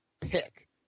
pick